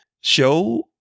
show